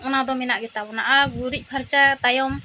ᱚᱱᱟ ᱫᱚ ᱢᱮᱱᱟᱜ ᱜᱮ ᱛᱟᱵᱚᱱᱟ ᱟᱨ ᱜᱩᱨᱤᱡᱽ ᱯᱷᱟᱨᱪᱟ ᱛᱟᱭᱚᱢ